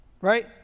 right